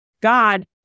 God